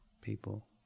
people